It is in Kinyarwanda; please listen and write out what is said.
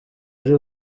ari